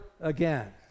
again